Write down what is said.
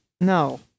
No